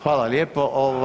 Hvala lijepo.